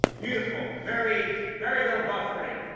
beautiful, very very little buffering.